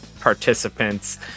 participants